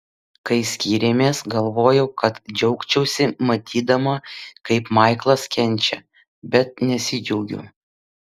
kai skyrėmės galvojau kad džiaugčiausi matydama kaip maiklas kenčia bet nesidžiaugiu